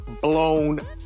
blown